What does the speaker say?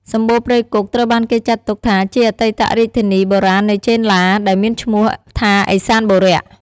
សំបូរព្រៃគុកត្រូវបានគេចាត់ទុកថាជាអតីតរាជធានីបុរាណនៃចេនឡា ដែលមានឈ្មោះថាឦសានបុរៈ។